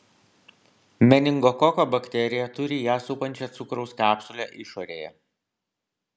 meningokoko bakterija turi ją supančią cukraus kapsulę išorėje